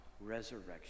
resurrection